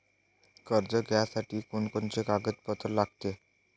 कर्ज घ्यासाठी कोनचे कागदपत्र लागते?